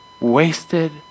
wasted